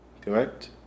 Correct